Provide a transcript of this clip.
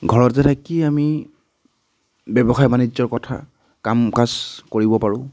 ঘৰতে থাকি আমি ব্যৱসায় বাণিজ্যৰ কথা কাম কাজ কৰিব পাৰোঁ